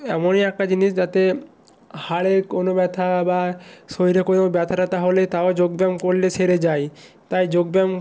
এমনই একটা জিনিস যাতে হাড়ে কোনো ব্যথা বা শরীরে কোনো ব্যথা ট্যাথা হলে তাও যোগ ব্যায়াম করলে সেরে যায় তাই যোগ ব্যায়াম